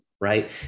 Right